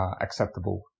acceptable